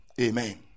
amen